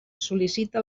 sol·licita